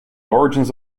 origins